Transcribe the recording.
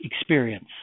experience